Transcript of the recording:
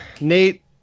Nate